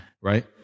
right